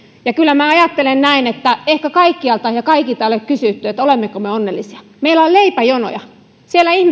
ja kyllä minä ajattelen näin että ehkä kaikkialta ja kaikilta ei ole kysytty olemmeko me onnellisia meillä on leipäjonoja siellä ihmiset